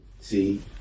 See